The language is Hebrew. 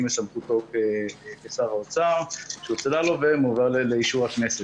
בסמכותו כשר האוצר --- ומועבר לאישור הכנסת,